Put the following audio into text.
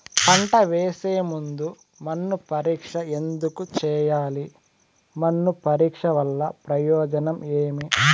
పంట వేసే ముందు మన్ను పరీక్ష ఎందుకు చేయాలి? మన్ను పరీక్ష వల్ల ప్రయోజనం ఏమి?